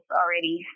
already